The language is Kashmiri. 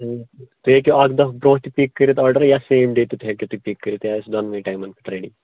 تُہۍ ہیٚکِو اکھ دۄہ برونٹھ تہِ پِک کٔرِتھ آرڈر یا سیم ڈے تہِ ہیٚکِو تُہۍ پِک کٔرِتھ یہِ آسہِ دۄنوَے ٹایِمن ریٚڈی